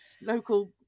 local